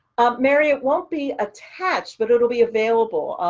mary, it won't be attached, but it'll be available.